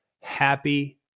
Happy